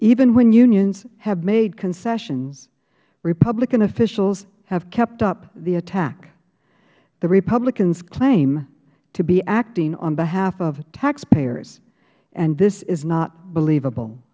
even when unions have made concessions republican officials have kept up the attack the republicans claim to be acting on behalf of taxpayers and this is not believable